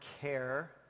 care